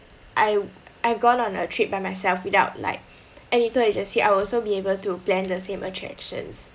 I I've gone on a trip by myself without like any tour agency I'll also be able to plan the same attractions